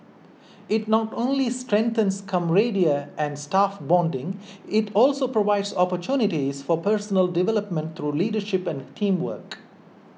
it not only strengthens camaraderie and staff bonding it also provides opportunities for personal development through leadership and teamwork